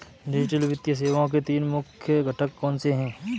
digital वित्तीय सेवाओं के तीन मुख्य घटक कौनसे हैं